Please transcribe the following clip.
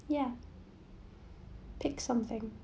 ya pick something